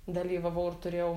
dalyvavau ir turėjau